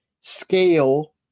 scale